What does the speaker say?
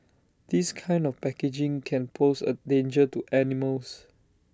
this kind of packaging can pose A danger to animals